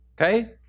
Okay